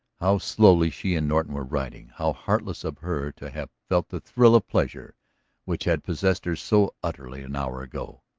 how slowly she and norton were riding, how heartless of her to have felt the thrill of pleasure which had possessed her so utterly an hour ago!